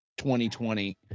2020